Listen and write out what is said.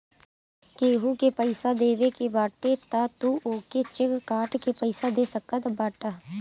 केहू के पईसा देवे के बाटे तअ तू ओके चेक काट के पइया दे सकत बाटअ